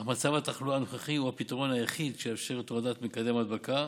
אך במצב התחלואה הנוכחי הוא הפתרון היחיד שיאפשר את הורדת מקדם ההדבקה